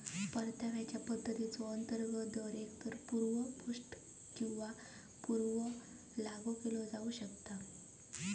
परताव्याच्यो पद्धतीचा अंतर्गत दर एकतर पूर्व पोस्ट किंवा पूर्व पूर्व लागू केला जाऊ शकता